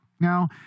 now